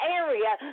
area